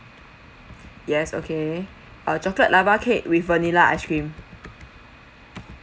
yes okay uh chocolate lava cake with vanilla ice cream